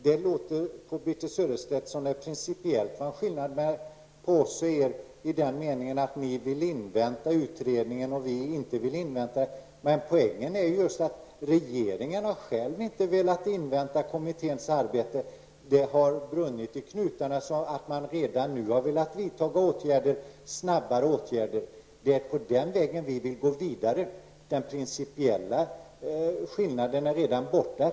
Det låter på Birthe Sörestedt som om det var en principiell skillnad mellan oss och er, så till vida att ni vill invänta utredningen, vilket vi inte vill. Poängen är emellertid att regeringen inte har velat invänta kommitténs arbete. Det har brunnit i knutarna. Man har redan nu velat vidta åtgärder snabbare. Vi vill gå vidare på den vägen. Den principiella skillnaden är redan borta.